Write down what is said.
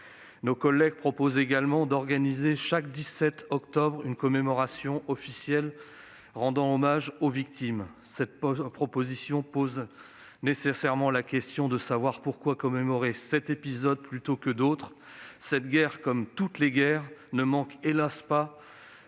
Nos collègues proposent également d'organiser chaque 17 octobre une commémoration officielle rendant hommage aux victimes. Cette suggestion pose nécessairement question : pourquoi commémorer cet épisode plutôt que d'autres ? Cette guerre, comme toutes les guerres, ne manque, hélas ! pas